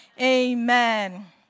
amen